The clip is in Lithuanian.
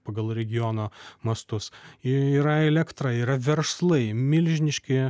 pagal regiono mastus yra elektra yra verslai milžiniški